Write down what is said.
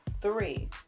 Three